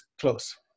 close